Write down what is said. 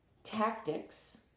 Tactics